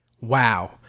Wow